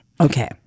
Okay